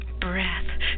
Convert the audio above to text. Breath